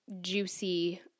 juicy